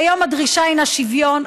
כיום הדרישה הינה שוויון,